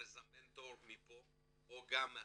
אפשר לזמן תור מפה או גם מהטלפון,